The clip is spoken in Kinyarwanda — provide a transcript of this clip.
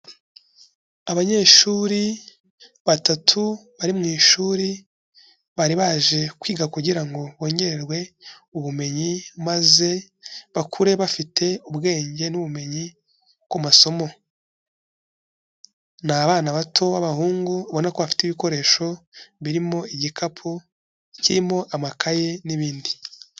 Abanyeshuri batatu bari mu ishuri, bari baje kwiga kugira ngo bongererwe ubumenyi maze, bakure bafite ubwenge n'ubumenyi ku masomo. Ni abana bato b'abahungu ubona ko bafite ibikoresho birimo igikapu kirimo amakaye n'ibindi.